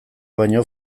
baino